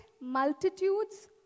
multitudes